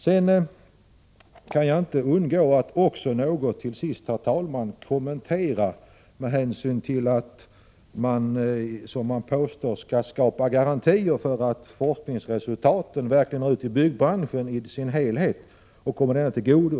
Till sist, herr talman, kan jag inte låta bli att något kommentera också det faktum att man påstår att man skall skapa garantier för att forskningsresultaten verkligen når ut till och kommer byggbranschen i dess helhet till godo.